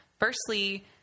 Firstly